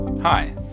Hi